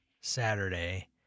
Saturday